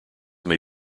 may